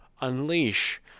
unleash